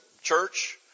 church